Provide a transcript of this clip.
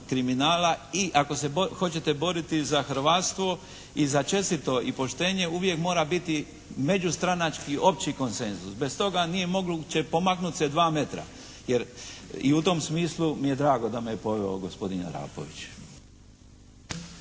i ako se hoćete boriti za hrvatstvo i za čestito i poštenje uvijek mora biti međustranački opći konsenzus. Bez toga nije moguće pomaknuti se dva metra, i u tom smislu mi je drago da me je poveo gospodin Arapović.